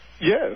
Yes